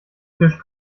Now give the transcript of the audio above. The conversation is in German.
tisch